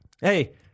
Hey